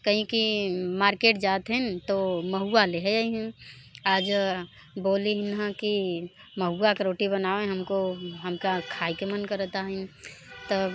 कहीं कि मार्केट जातहिन तो महुआ लेहे अईहिन आज बोलीईन हँ कि महुआ के रोटी बनावें हमको हमका खाई के मन करताहिन तब